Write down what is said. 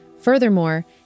Furthermore